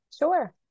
Sure